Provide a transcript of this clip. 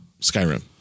Skyrim